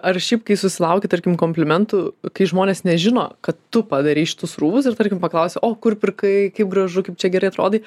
ar šiaip kai susilauki tarkim komplimentų kai žmonės nežino kad tu padarei šitus rūbus ir tarkim paklausia o kur pirkai kaip gražu kaip čia gerai atrodai